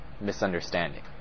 misunderstanding